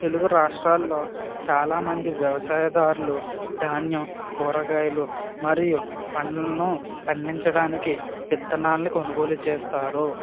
తెలుగు రాష్ట్రాల్లో చాలామంది వ్యవసాయదారులు ధాన్యం కూరగాయలు మరియు పండ్లను పండించడానికి విత్తనాల్ని కొనుగోలు చేస్తారు